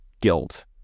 guilt